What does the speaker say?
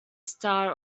star